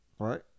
Right